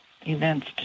events